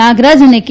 નાગરાજ અને કે